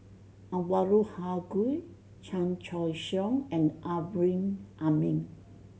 Anwarul Haque Chan Choy Siong and Amrin Amin